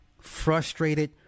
frustrated